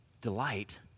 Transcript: delight